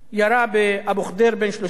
והוא ירה באבו חדר בן ה-33.